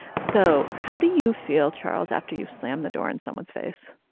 so how do you feel, charles, after you've slammed the door in someone's face?